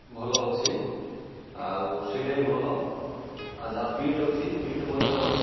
ଭଲ ଅଛି ଆଉ ସିଲେଇ ଭଲ ଆଉ ଯାହା ପ୍ରିଣ୍ଟ୍ ଅଛି ପ୍ରିଣ୍ଟ୍ ମଧ୍ୟ